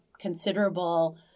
considerable